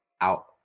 out